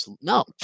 No